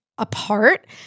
apart